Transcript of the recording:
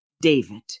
David